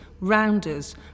rounders